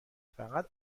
فقط